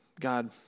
God